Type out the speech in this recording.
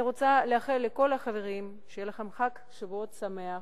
אני רוצה לאחל לכל החברים חג שבועות שמח.